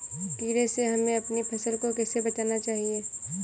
कीड़े से हमें अपनी फसल को कैसे बचाना चाहिए?